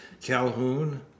calhoun